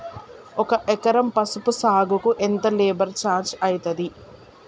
ఒక ఎకరం పసుపు సాగుకు ఎంత లేబర్ ఛార్జ్ అయితది?